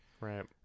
right